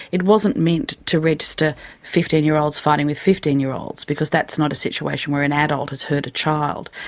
it wasn't meant to register fifteen year olds fighting with fifteen year olds, because that's not a situation where an adult has hurt a child.